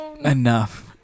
Enough